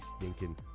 stinking